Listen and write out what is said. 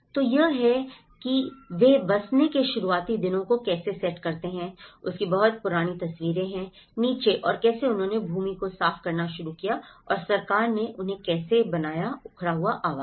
तो यह है कि वे बसने के शुरुआती दिनों को कैसे सेट करते हैं इसकी बहुत पुरानी तस्वीरें हैं नीचे और कैसे उन्होंने भूमि को साफ करना शुरू किया और सरकार ने उन्हें कैसे बनाया उखड़ा हुआ आवास